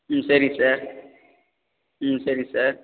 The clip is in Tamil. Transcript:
ம் சரிங் சார் ம் சரி சார்